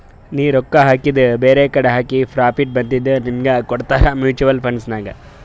ನೀ ರೊಕ್ಕಾ ಹಾಕಿದು ಬೇರೆಕಡಿ ಹಾಕಿ ಪ್ರಾಫಿಟ್ ಬಂದಿದು ನಿನ್ನುಗ್ ಕೊಡ್ತಾರ ಮೂಚುವಲ್ ಫಂಡ್ ನಾಗ್